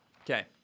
Okay